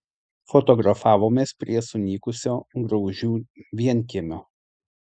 fotografavomės prie sunykusio graužių vienkiemio